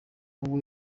wowe